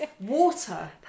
Water